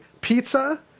Pizza